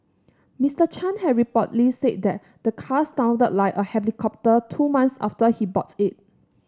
Mister Chan had reportedly said the the car sounded like a helicopter two months after he bought it